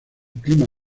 clima